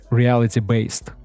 reality-based